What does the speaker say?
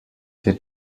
der